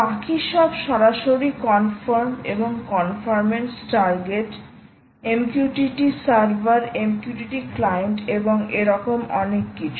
বাকি সব সরাসরি কন্ফার্ম এবং conformance target MQTT server MQTT client এবং এরম অনেক কিছু